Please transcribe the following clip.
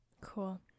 Cool